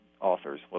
authors